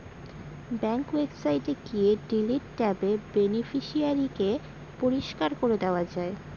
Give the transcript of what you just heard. bank ওয়েবসাইটে গিয়ে delete ট্যাবে বেনিফিশিয়ারি কে পরিষ্কার করে দেওয়া যায়